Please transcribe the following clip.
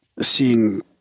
seeing